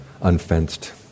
unfenced